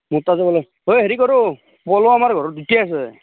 ঐ হেৰি কৰোঁ পল আমাৰ ঘৰত